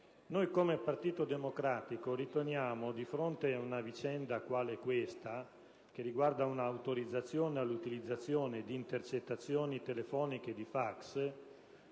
Come Partito Democratico, di fronte ad una vicenda come questa, che riguarda un'autorizzazione all'utilizzazione di intercettazioni telefoniche e di fax,